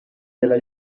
della